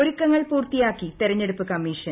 ഒരുക്കങ്ങൾ പൂർത്തിയാക്കി തെരഞ്ഞെടുപ്പ് കമ്മീഷൻ